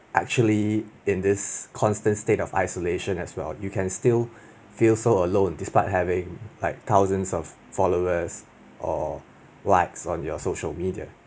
actually in this constant state of isolation as well you can still feel so alone despite having like thousands of followers or likes on your social media